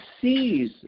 sees